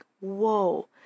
whoa